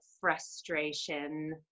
frustration